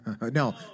No